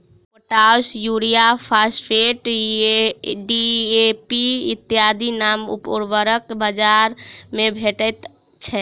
potash, urea, phosphate, DAP इत्यादि नामक उर्वरक बाजार मे भेटैत छै